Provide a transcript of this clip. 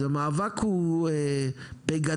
אז המאבק הוא בגדול,